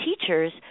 teachers